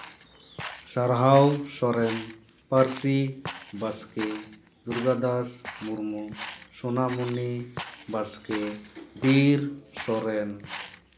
ᱥᱟᱨᱦᱟᱣ ᱥᱚᱨᱮᱱ ᱯᱟᱹᱨᱥᱤ ᱵᱟᱥᱠᱮ ᱫᱩᱨᱜᱟᱫᱟᱥ ᱢᱩᱨᱢᱩ ᱥᱳᱱᱟᱢᱩᱱᱤ ᱵᱟᱥᱠᱮ ᱵᱤᱨ ᱥᱚᱨᱮᱱ